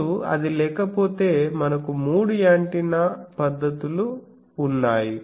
ఇప్పుడు అది లేకపోతే మనకు మూడు యాంటెన్నా పద్ధతులు ఉన్నాయి